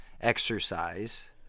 exercise